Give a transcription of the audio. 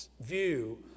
view